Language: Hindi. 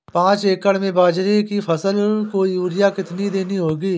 पांच एकड़ में बाजरे की फसल को यूरिया कितनी देनी होगी?